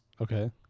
Okay